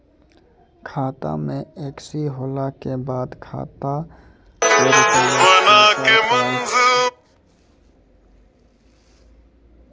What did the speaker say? खाता मे एकशी होला के बाद खाता से रुपिया ने निकल पाए?